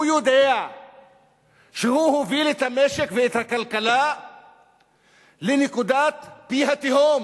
הוא יודע שהוא הוביל את המשק ואת הכלכלה לפי התהום,